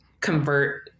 convert